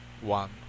one